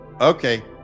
Okay